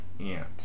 Ant